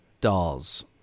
dolls